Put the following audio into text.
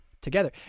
together